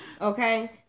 okay